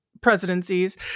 presidencies